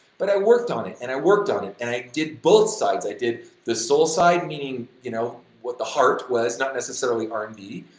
but i worked on it and i worked on it and i did both sides, i did the soul side, meaning you know, what the heart was, not necessarily r and b,